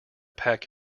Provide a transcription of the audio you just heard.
pack